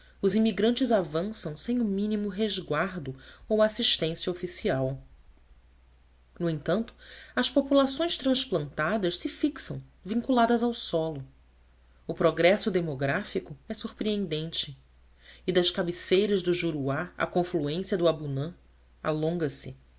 os imigrantes avançam sem o mínimo resguardo ou assistência oficial no entanto as populações transplantadas se fixam vinculadas ao solo o progresso demográfico é surpreendente e das cabeceiras do juruá à confluência do abunã alonga se